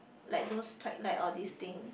like those twilight all this thing